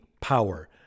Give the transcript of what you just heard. power